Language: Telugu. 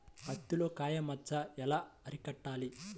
పత్తిలో కాయ మచ్చ ఎలా అరికట్టాలి?